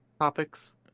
topics